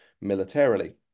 militarily